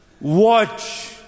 watch